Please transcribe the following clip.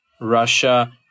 Russia